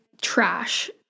trash